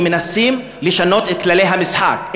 שמנסים לשנות את כללי המשחק,